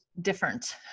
different